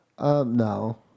No